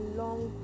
long